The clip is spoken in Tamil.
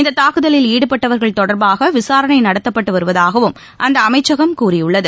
இந்த தாக்குதலில் ஈடுபட்டவர்கள் தொடர்பாக விசாரணை நடத்தப்பட்டு வருவதாகவும் அந்த அமைச்சகம் கூறியுள்ளது